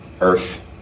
Earth